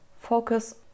focus